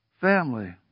family